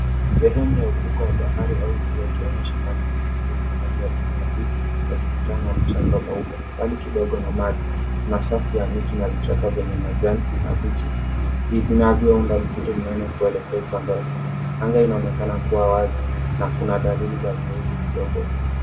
Sehemu ya ufukwe wa bahari au ziwa likionyesha maji ikitiririka yenye rangi ya buluu hafifu yakikitana na mchanga mweupe. Mbali kidogo na maji kuna safu ya miti vyenye vichaka na majani mabichi vinavyounda misitu minene kuelekea upande wa nyuma. Anga inaonekana kuwa wazi na kuna dalili ya mvua kidogo.